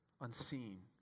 unseen